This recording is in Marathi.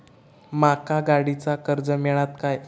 माका गाडीचा कर्ज मिळात काय?